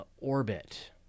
Orbit